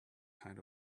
kind